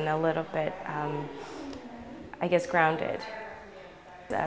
a little bit i guess grounded